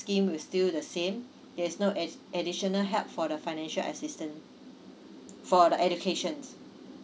scheme is still the same there's no ad~ additional help for the financial assistant for the educations